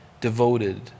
devoted